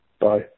Bye